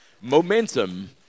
Momentum